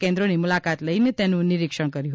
કેન્દ્રોની મુલાકાત લઇને તેનું નિરીક્ષણ કર્યું હતું